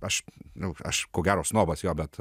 aš gal aš ko gero snobas jo bet